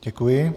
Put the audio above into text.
Děkuji.